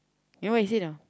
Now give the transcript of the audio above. you know what he say know